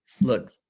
look